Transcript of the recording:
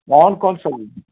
कौन कौन सब्जी